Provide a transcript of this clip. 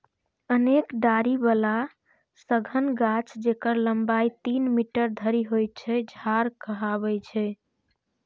अनेक डारि बला सघन गाछ, जेकर लंबाइ तीन मीटर धरि होइ छै, झाड़ कहाबै छै